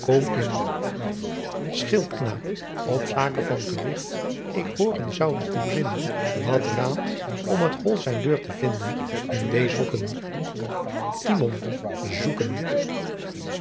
koom in schildkn op zaake van gewicht ik hooren zoud uw zin wat raadt om t hol zijn deur te vinden in deez hoeken timon zoeken